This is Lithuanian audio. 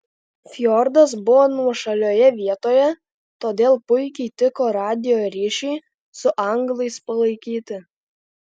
fjordas buvo nuošalioje vietoje todėl puikiai tiko radijo ryšiui su anglais palaikyti